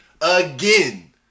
Again